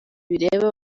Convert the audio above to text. bireba